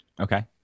Okay